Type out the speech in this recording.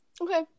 Okay